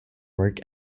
work